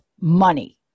money